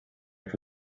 for